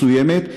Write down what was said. מסוימת,